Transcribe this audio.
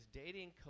dating